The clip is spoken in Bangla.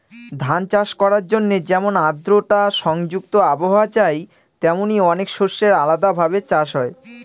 ধান চাষ করার জন্যে যেমন আদ্রতা সংযুক্ত আবহাওয়া চাই, তেমনি অনেক শস্যের আলাদা ভাবে চাষ হয়